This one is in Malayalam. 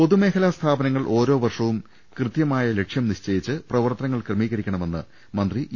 പൊതുമേഖലാ സ്ഥാപനങ്ങൾ ഓരോ വർഷവും കൃതൃമായ ലക്ഷ്യം നിശ്ചയിച്ച് പ്രവർത്തനങ്ങൾ ക്രമീകരിക്കണമെന്ന് മന്ത്രി ഇ